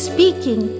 Speaking